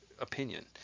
opinion